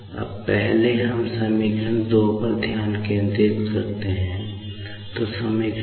अब पहले हम समीकरण